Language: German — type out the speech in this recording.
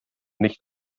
nicht